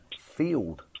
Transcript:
field